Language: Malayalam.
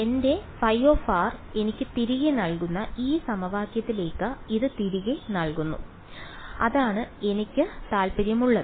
എന്റെ ϕ എനിക്ക് തിരികെ നൽകുന്ന ഈ സമവാക്യത്തിലേക്ക് ഇത് തിരികെ നൽകുക അതാണ് എനിക്ക് താൽപ്പര്യമുള്ളത്